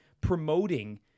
promoting